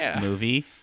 movie